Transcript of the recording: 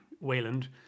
Wayland